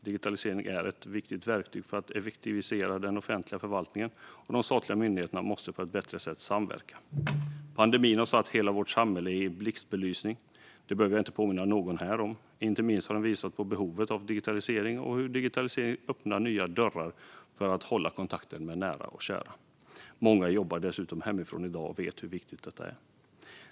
Digitaliseringen är ett viktigt verktyg för att effektivisera den offentliga förvaltningen, och de statliga myndigheterna måste samverka på ett bättre sätt. Pandemin har satt hela vårt samhälle i blixtbelysning - det behöver jag inte påminna någon här om. Inte minst har den visat på behovet av digitalisering och hur digitaliseringen öppnar nya dörrar för att hålla kontakt med nära och kära. Många jobbar dessutom hemifrån i dag och vet hur viktigt detta är.